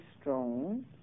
strong